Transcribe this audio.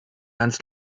ans